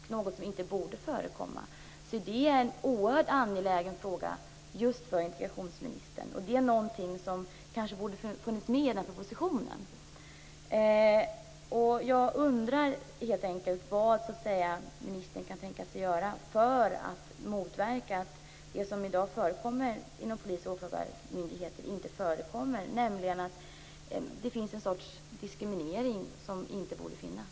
Det är något som inte borde förekomma. Det är en oerhört angelägen fråga just för integrationsministern. Det är någonting som kanske borde funnits med i propositionen. Vad kan ministern tänkas göra för att verka för att det som i dag förekommer inom polis och åklagarmyndigheter inte skall förekomma, nämligen en sorts diskriminering som inte borde finnas?